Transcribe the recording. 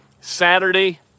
Saturday